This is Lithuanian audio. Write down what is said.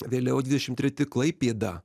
vėliau dvidešim treti klaipėda